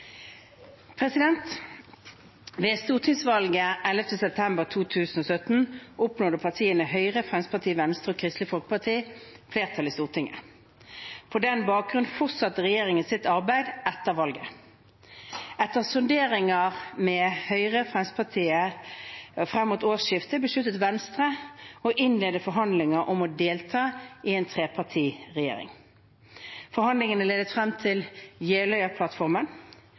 Ved stortingsvalget 11. september 2017 oppnådde partiene Høyre, Fremskrittspartiet, Venstre og Kristelig Folkeparti flertall i Stortinget. På den bakgrunn fortsatte regjeringen sitt arbeid etter valget. Etter sonderinger med Høyre og Fremskrittspartiet frem mot årsskiftet besluttet Venstre å innlede forhandlinger om å delta i en trepartiregjering. Forhandlingene ledet frem til